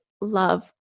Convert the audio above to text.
love